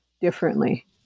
differently